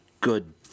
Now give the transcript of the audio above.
good